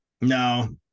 No